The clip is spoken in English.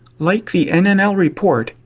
like the nnl report,